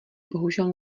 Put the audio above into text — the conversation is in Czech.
bohužel